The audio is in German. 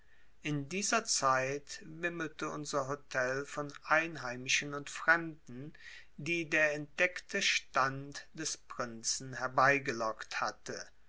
in dieser zeit wimmelte unser hotel von einheimischen und fremden die der entdeckte stand des prinzen herbeigelockt hatte